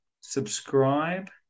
subscribe